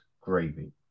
gravy